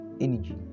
energy